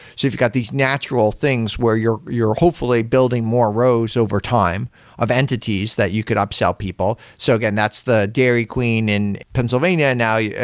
so if you got these natural things where you're you're hopefully building more rows overtime of entities that you could upsell people. so again, that's the dairy queen in pennsylvania. now, yeah